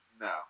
No